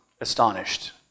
astonished